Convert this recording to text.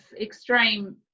extreme